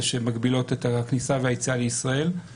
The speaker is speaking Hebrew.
שמגבילות את הכניסה לישראל והיציאה ממנה,